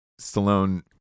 Stallone